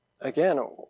again